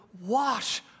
wash